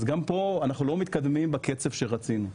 אז גם פה אנחנו לא מתקדמים בקצב שרצינו.